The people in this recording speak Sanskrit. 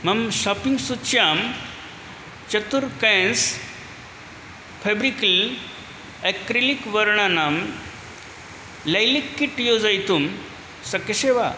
मम शाप्पिङ्ग् सूच्यां चत्वारि कान्स् फेब्रिक्रिल् आक्रिलिक् वर्णनं लैलिक्किट् योजयितुं शक्यसे वा